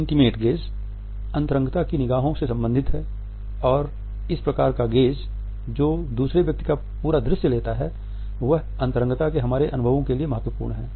intimate gaze अंतरंगता की निगाहो से संबंधित है और इस प्रकार का गेज़ जो दूसरे व्यक्ति का पूरा दृश्य लेता है वह अंतरंगता के हमारे अनुभवों के लिए महत्वपूर्ण है